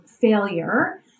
failure